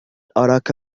أراك